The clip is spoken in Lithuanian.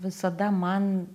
visada man